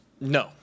No